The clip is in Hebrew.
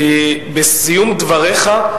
בסיום דבריך,